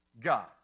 God